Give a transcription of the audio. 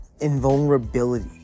invulnerability